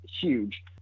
huge